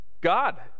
God